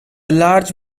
large